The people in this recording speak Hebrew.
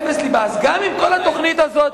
אז גם אם כל התוכנית הזאת